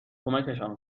کمکشان